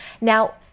Now